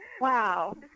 Wow